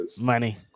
Money